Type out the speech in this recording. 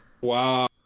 Wow